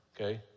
okay